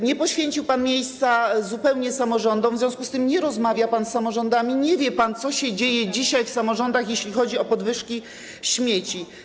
Nie poświęcił pan zupełnie miejsca samorządom, w związku z tym nie rozmawia pan z samorządami, nie wie pan, co się dzisiaj dzieje w samorządach, jeśli chodzi o podwyżki śmieci.